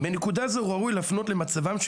"בנקודה זו ראוי להפנות למצבם של